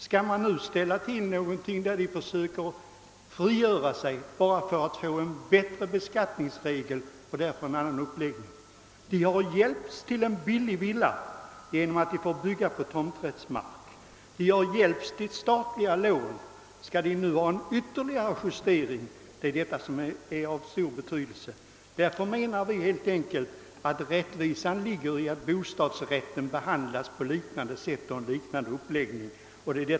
Skall man nu verkligen bidraga till att frigöra dessa fastigheter genom införande av en ny regel bara för att åstadkomma förmånligare beskattningsvillkor? Ägarna av dessa fastigheter har hjälpts till en billig villa genom att den fått byggas på tomträttsmark, och de har också hjälpts genom statliga lån. Skall de alltså nu få en ytterligare fördel? Det är denna fråga som är av stor betydelse. Vi menar att det i så fall vore rättvist att bostadsrätten behandlades enligt en liknande uppläggning.